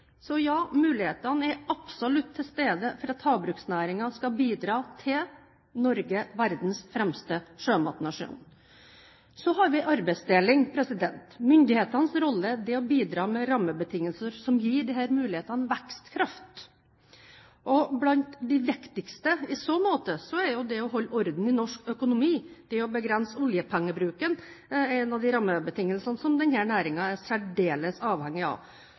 Ja, mulighetene er absolutt til stede for at havbruksnæringen skal bidra til at Norge skal bli verdens fremste sjømatnasjon. Så har vi arbeidsdeling. Myndighetenes rolle er å bidra med rammebetingelser som gir disse mulighetene vekstkraft. Blant de viktigste i så måte er det å holde orden i norsk økonomi, begrense oljepengebruken, en av de rammebetingelsene som denne næringen er særdeles avhengig av.